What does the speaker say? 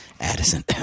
Addison